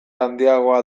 handiagoa